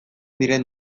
diren